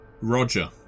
Roger